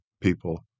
people